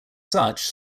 such